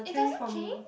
it doesn't change